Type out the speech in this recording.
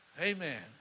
Amen